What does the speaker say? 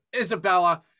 Isabella